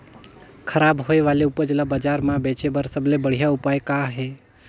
खराब होए वाले उपज ल बाजार म बेचे बर सबले बढ़िया उपाय का हे?